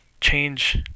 change